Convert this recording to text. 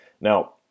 Now